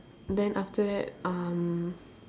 then after that um